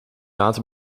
laat